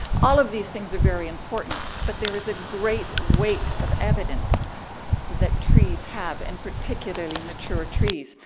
all of these things are very important. but there is a great weight of evidence that trees have and particularly mature trees.